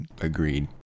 Agreed